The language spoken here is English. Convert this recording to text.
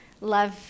love